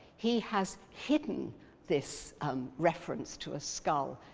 he has hidden this reference to a skull.